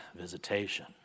visitation